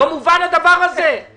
הדבר הזה לא מובן?